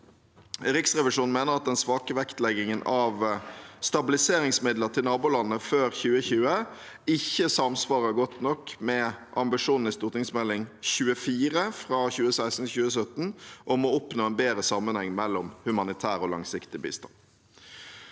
Riksrevisjonen mener at den svake vektleggingen av stabiliseringsmidler til nabolandene før 2020 ikke samsvarer godt nok med ambisjonen i Meld. St. 24 for 2016– 2017 om å oppnå en bedre sammenheng mellom humanitær og langsiktig bistand.